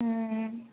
ம்